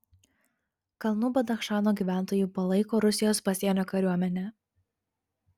kalnų badachšano gyventojų palaiko rusijos pasienio kariuomenę